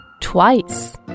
Twice